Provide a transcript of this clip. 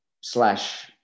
slash